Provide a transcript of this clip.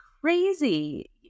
crazy